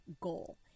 goal